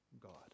God